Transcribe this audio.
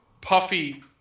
puffy